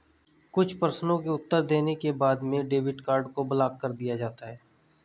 कुछ प्रश्नों के उत्तर देने के बाद में डेबिट कार्ड को ब्लाक कर दिया जाता है